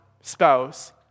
spouse